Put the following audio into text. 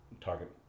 target